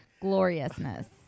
gloriousness